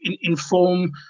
inform